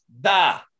Da